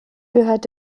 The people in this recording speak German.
gehört